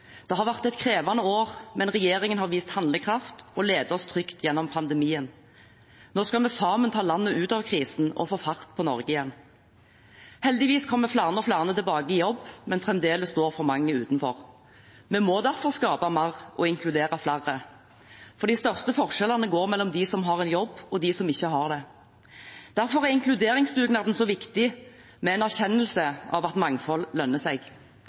Det har vært et krevende år, men regjeringen har vist handlekraft og ledet oss trygt gjennom pandemien. Nå skal vi sammen ta landet ut av krisen og få fart på Norge igjen. Heldigvis kommer flere og flere tilbake i jobb, men fremdeles står for mange utenfor. Vi må derfor skape mer og inkludere flere, for de største forskjellene går mellom dem som har en jobb, og dem som ikke har det. Derfor er inkluderingsdugnaden så viktig, med en erkjennelse av at mangfold lønner seg.